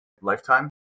lifetime